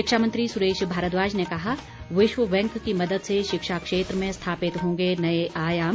शिक्षा मंत्री सुरेश भारद्वाज ने कहा विश्व बैंक की मदद से शिक्षा क्षेत्र में स्थापित होंगे नए आयाम